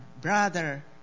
brother